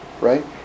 right